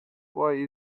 why